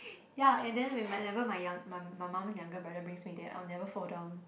ya and then when whenever my young my my mum's younger brother brings me there I will never fall down